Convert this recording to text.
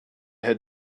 had